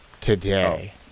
today